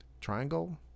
triangle